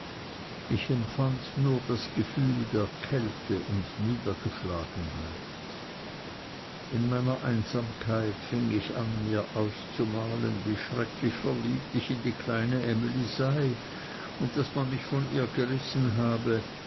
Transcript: ich empfand nur das gefühl der kälte und niedergeschlagenheit in meiner einsamkeit fing ich an mir auszumalen wie schrecklich verliebt ich in die kleine emly sei und daß man mich von ihr gerissen habe